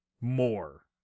more